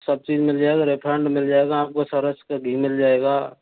सब चीज मिल जाएगा रिफिनड मिल जाएगा आपको सरस का घी मिल जाएगा